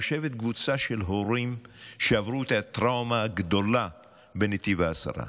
יושבת קבוצה של הורים שעברו את הטראומה הגדולה בנתיב העשרה,